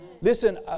Listen